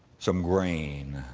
some grain,